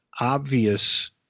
obvious